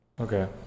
Okay